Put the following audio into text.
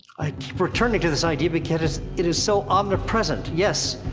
i keep returning to this idea, because it is so omnipresent. yes,